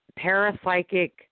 Parapsychic